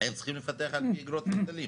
הם צריכים לפתח על פי אגרות והיטלים.